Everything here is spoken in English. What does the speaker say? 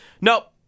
Nope